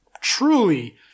truly